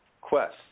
quest